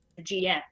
GM